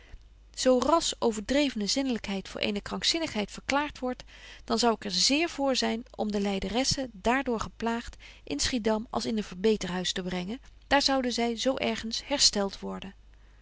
zo rasch overdrevene zindelykheid voor eene krankzinnigheid verklaart wordt dan zou ik er zeer voor zyn om de lyderessen daar door geplaagt in schiedam als in een verbeterhuis te brengen daar zouden zy zo ergens herstelt worden